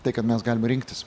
tai kad mes galim rinktis